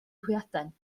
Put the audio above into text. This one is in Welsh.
hwyaden